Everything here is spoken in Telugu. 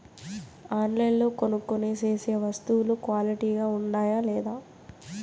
ఆన్లైన్లో కొనుక్కొనే సేసే వస్తువులు క్వాలిటీ గా ఉండాయా లేదా?